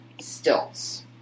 Stilts